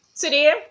today